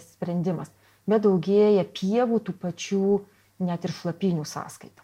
sprendimas bet daugėja pievų tų pačių net ir šlapynių sąskaita